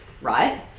right